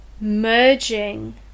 merging